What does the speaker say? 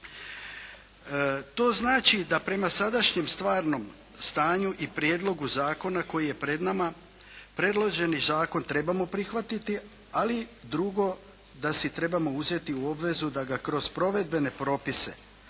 To znači da prema sadašnjem stvarnom stanju i prijedlogu zakona koji je pred nama predloženi zakon trebamo prihvatiti ali drugo, da si trebamo uzeti u obvezu da ga kroz provedbene propise,